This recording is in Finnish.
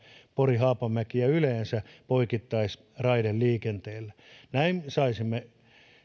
pori haapamäki ja yleensä poikittaisraideliikenteelle näin saisimme